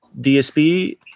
DSP